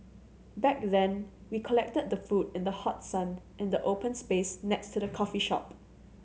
back then we collected the food in the hot sun in the open space next to the coffee shop